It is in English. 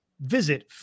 visit